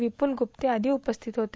विपुल गुत्ते आदी उपस्थित होते